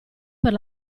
per